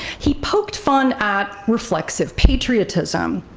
he poked fun at reflexive patriotism,